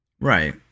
right